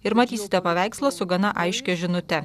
ir matysite paveikslą su gana aiškia žinute